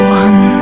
one